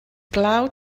glaw